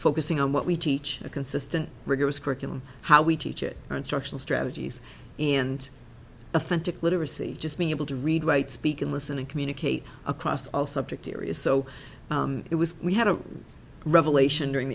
focusing on what we teach a consistent rigorous curriculum how we teach it instructional strategies and authentic literacy just being able to read write speak and listen and communicate across all subject areas so it was we had a revelation during